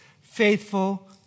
faithful